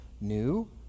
new